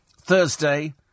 Thursday